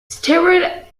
steward